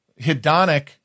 hedonic